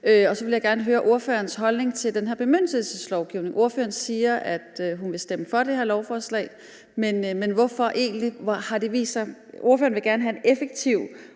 Jeg vil gerne høre ordførerens holdning til den her bemyndigelseslovgivning. Ordføreren siger, at hun vil stemme for det her lovforslag, men hvorfor egentlig? Ordføreren vil gerne have en effektiv